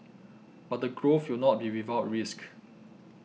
but the growth will not be without risk